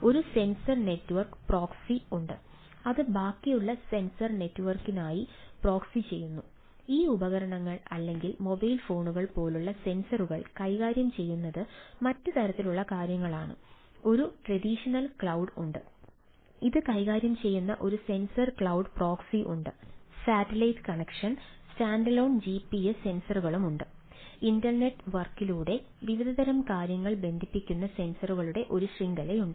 ഒരു sensor network proxy വിവിധതരം കാര്യങ്ങൾ ബന്ധിപ്പിക്കുന്ന സെൻസറുകളുടെ ഒരു ശൃംഖലയുണ്ട്